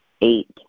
eight